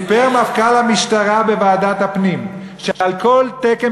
סיפר מפכ"ל המשטרה בוועדת הפנים שעל כל תקן